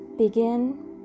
Begin